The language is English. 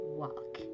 walk